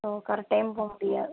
so correct டைமுக்கு போக முடியாது